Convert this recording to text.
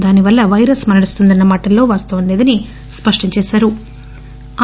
దాని వల్ల పైరస్ మరణిస్తుందన్న మాటలో వాస్తవం లేదని స్పష్టంచేశారు